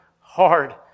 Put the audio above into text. hard